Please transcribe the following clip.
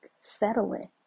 settling